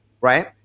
Right